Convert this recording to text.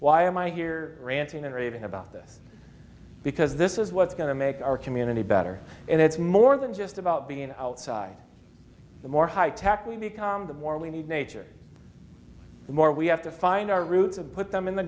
why am i here ranting and raving about this because this is what's going to make our community better and it's more than just about being outside the more high tech we become the more we need nature the more we have to find our roots and put them in the